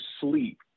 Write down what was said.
sleep